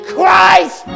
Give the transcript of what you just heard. Christ